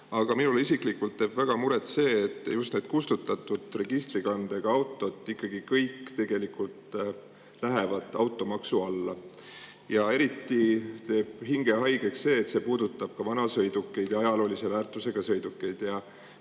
Aga minule isiklikult teeb väga muret just see, et kustutatud registrikandega autod lähevad ikkagi kõik automaksu alla. Eriti teeb hinge haigeks, et see puudutab ka vanasõidukeid ja ajaloolise väärtusega sõidukeid.